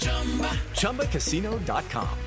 Chumbacasino.com